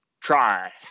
try